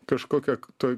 kažkokią toj